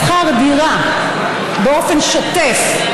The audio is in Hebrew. שכר דירה באופן שוטף,